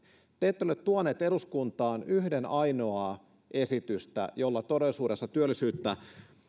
te ette ole tuoneet eduskuntaan yhden ainoaa esitystä jolla todellisuudessa